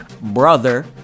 brother